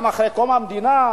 גם אחרי קום המדינה: